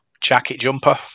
jacket-jumper